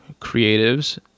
creatives